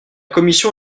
commission